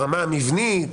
ברמה המבנית,